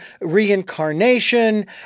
reincarnation